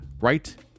right